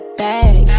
bag